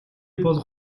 бол